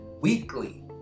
weekly